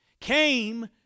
came